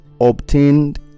obtained